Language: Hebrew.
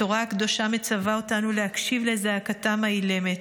התורה הקדושה מצווה אותנו להקשיב לזעקתם האילמת,